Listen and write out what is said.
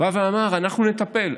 אמר: אנחנו נטפל.